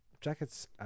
Jackets